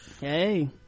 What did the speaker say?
Hey